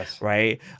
right